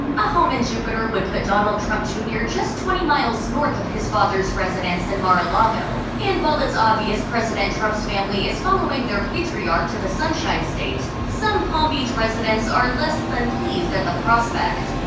a home in jupiter would put donald trump, jr. just twenty miles north of his father's residence in mar-a-lago, and while it's obvious president trump's family is following their patriarch to the sunshine state, some palm beach residents are less than pleased at the prospect.